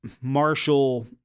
Marshall